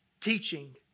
teaching